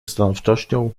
stanowczością